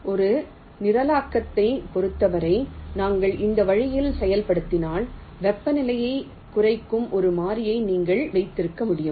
ஒரு நிரலாக்கத்தைப் பொறுத்தவரை நாங்கள் இந்த வழியில் செயல்படுத்தினால் வெப்பநிலையைக் குறிக்கும் ஒரு மாறியை நீங்கள் வைத்திருக்க முடியும்